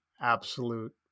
absolute